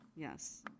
Yes